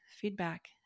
feedback